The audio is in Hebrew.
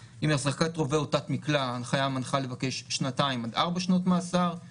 החזקת רובה או תת מקלע ההנחיה מנחה לבקש שנתיים עד ארבע שנות מאסר.